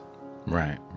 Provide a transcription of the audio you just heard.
Right